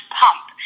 pump